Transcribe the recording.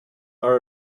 are